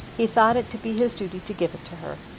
he thought it to be his duty to give it to her.